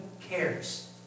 cares